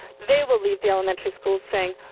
they will leave the elementary schools saying,